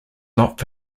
not